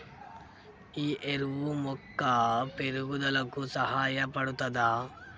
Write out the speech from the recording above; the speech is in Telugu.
ఈ ఎరువు మొక్క పెరుగుదలకు సహాయపడుతదా?